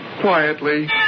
quietly